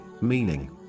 meaning